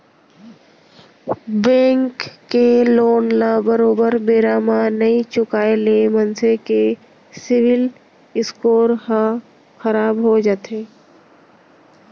bank के loan ल बरोबर बेरा म नइ चुकाय ले मनसे के सिविल स्कोर ह खराब हो जाथे